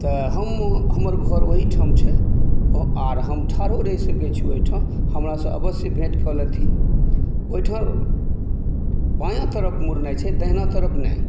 तऽ हम हमर घर ओहिठाम छै आर हम ठारो रहि सकै छी ओहिठाम हमरासॅं अवश्य भेट कऽ लेती ओहिठाम बायाँ तरफ़ मुड़नाइ छै दहिना तरफ़ नहि